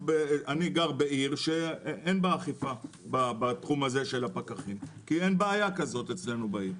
גר בעיר שאין בה אכיפה בתחום הפקחים כי אין בעיה כזו אצלנו בעיר.